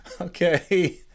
Okay